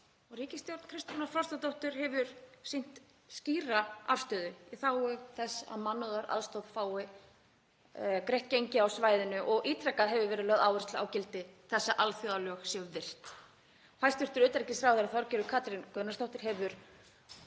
Ríkisstjórn Kristrúnar Frostadóttur hefur sýnt skýra afstöðu í þágu þess að mannúðaraðstoð fái greitt aðgengi að svæðinu og ítrekað hefur verið lögð áhersla á gildi þess að alþjóðalög séu virt. Hæstv. utanríkisráðherra, Þorgerður Katrín Gunnarsdóttir, hefur